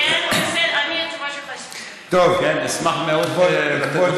אני אשמח מאוד לתת את